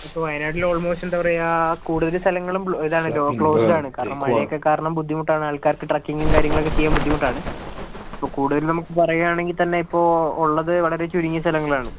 so വയനാട്ടിൽ almost എന്താ പറയുക കൂടുതൽ സ്ഥലങ്ങളും ഇതാണല്ലോ ക്ലോസ്ഡ് ആണ് കാരണം മഴ ഒക്കെ കാരണം ബുദ്ധിമുട്ട് ആണ് ആൾക്കാർക്ക് ട്രക്കിങ്ങും കാര്യങ്ങളൊക്കെ ചെയ്യാൻ ബുദ്ധിമുട്ടാണ് ഇപ്പോൾ കൂടുതലും നമുക്ക് പറയുകയാണെങ്കിൽ തന്നെ ഇപ്പോൾ ഉള്ളത് വളരെ ചുരുങ്ങിയ സ്ഥലങ്ങളാണ്